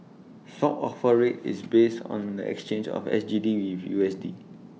swap offer rate is based on the exchange of S G D with U S D